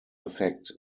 effect